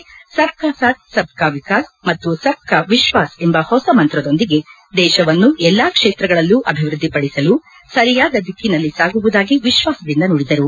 ಸಬ್ ಕಾ ಸಾತ್ ಸಬ್ ಕಾ ವಿಕಾಸ್ ಮತ್ತು ಸಬ್ ಕಾ ವಿಶ್ವಾಸ್ ಎಂಬ ಹೊಸ ಮಂತ್ರದೊಂದಿಗೆ ದೇಶವನ್ನು ಎಲ್ಲಾ ಕ್ಷೇತ್ರಗಳಲ್ಲೂ ಅಭಿವೃದ್ದಿ ಪಡಿಸಲು ಸರಿಯಾದ ದಿಕ್ಕಿನಲ್ಲಿ ಸಾಗುವುದಾಗಿ ವಿಶ್ವಾಸದಿಂದ ನುಡಿದರು